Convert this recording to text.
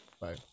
Bye